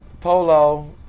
Polo